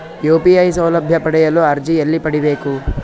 UPI ಸೌಲಭ್ಯ ಪಡೆಯಲು ಅರ್ಜಿ ಎಲ್ಲಿ ಪಡಿಬೇಕು?